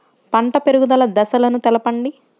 పంట పెరుగుదల దశలను తెలపండి?